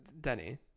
Denny